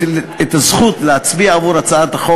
חבר הכנסת צור תמך בהצעת החוק